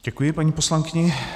Děkuji paní poslankyni.